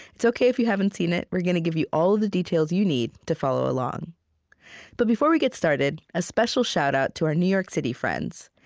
it's okay if you haven't seen it we're gonna give you all the details you need to follow along but before we get started, a special shout-out to our new york city friends!